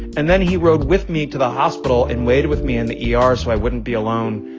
and then he rode with me to the hospital and waited with me in the yeah ah er so i wouldn't be alone.